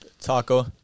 Taco